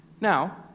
Now